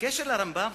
בקשר לרמב"ם,